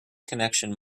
connection